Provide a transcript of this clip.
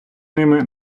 ними